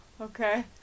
Okay